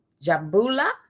Jabula